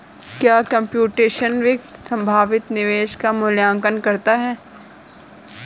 क्या कंप्यूटेशनल वित्त संभावित निवेश का मूल्यांकन करता है?